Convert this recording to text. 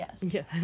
yes